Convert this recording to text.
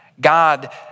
God